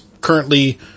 currently